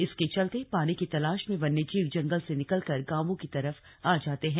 इसके चलते पानी की तलाश में वन्य जीव जंगल से निकलकर गांवों की तरफ आ जाते हैं